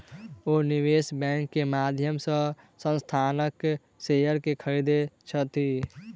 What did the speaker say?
ओ निवेश बैंक के माध्यम से संस्थानक शेयर के खरीदै छथि